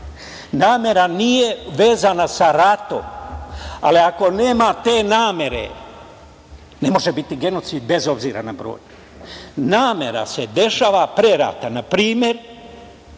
Namera nije vezana sa ratom, ali ako nema te namere, ne može biti genocid, bez obzira na broj. Namera se dešava pre rata. Na primer,